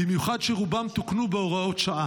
במיוחד שרובם תוקנו בהוראות שעה.